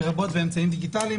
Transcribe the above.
לרבות באמצעים דיגיטליים.